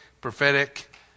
prophetic